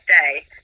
day